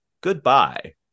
Goodbye